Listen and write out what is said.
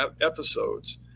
episodes